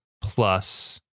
plus